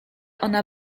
ona